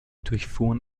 durchfuhren